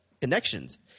connections